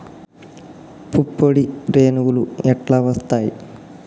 పుప్పొడి రేణువులు ఎట్లా వత్తయ్?